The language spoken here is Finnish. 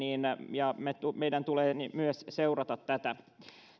ja meidän tulee seurata myös tätä